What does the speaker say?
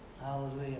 hallelujah